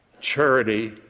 Charity